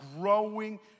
growing